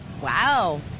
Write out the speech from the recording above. Wow